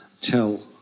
tell